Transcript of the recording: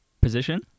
position